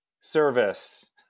service